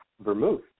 vermouth